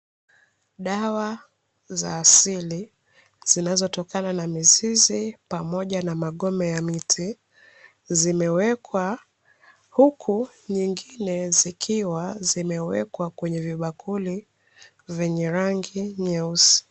Dawa za asili zinatokana na mizizi pamoja na magome ya miti, zimewekwa, huku nyingine zikiwa zimewekwa kwenye vibakuli vya rangi nyeusi.